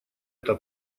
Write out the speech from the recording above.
эта